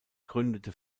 gründete